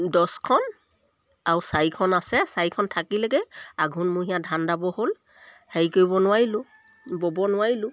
দছখন আৰু চাৰিখন আছে চাৰিখন থাকিলেগৈ আঘোণমহীয়া ধান দাব হ'ল হেৰি কৰিব নোৱাৰিলোঁ ব'ব নোৱাৰিলোঁ